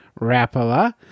Rapala